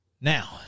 Now